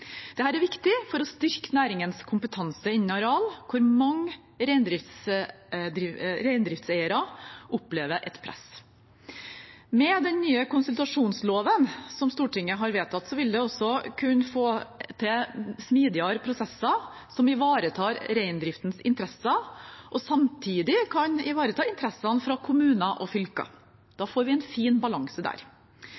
er viktig for å styrke næringens kompetanse innen areal, der mange reindriftseiere opplever et press. Med den nye konsultasjonsloven, som Stortinget har vedtatt, vil man også kunne få til smidige prosesser som ivaretar reindriftens interesser, og samtidig ivareta interessen fra kommuner og fylker. Da